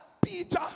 Peter